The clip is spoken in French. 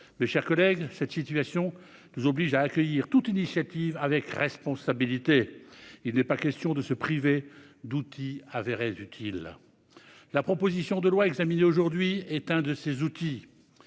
Mes chers collègues, cette situation nous oblige à accueillir toute initiative avec responsabilité. Il n'est pas question de se priver d'outils qui se révéleront utiles. La proposition de loi examinée aujourd'hui est l'un de ces outils.